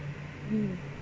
mm